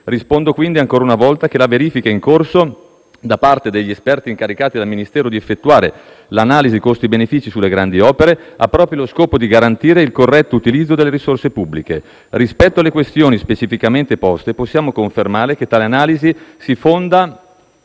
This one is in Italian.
Rispondo quindi, ancora una volta, che la verifica in corso da parte degli esperti, incaricati dal Ministero di effettuare l'analisi costi-benefici sulle grandi opere, ha proprio lo scopo di garantire il corretto utilizzo delle risorse pubbliche. Rispetto alle questioni specificamente poste possiamo confermare che tale analisi si fonda